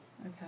Okay